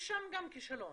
גם שם יש כישלון.